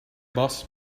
boss